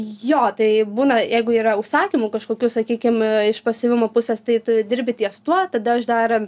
jo tai būna jeigu yra užsakymų kažkokių sakykim iš pasiuvimų pusės tai tu dirbi ties tuo tada aš dar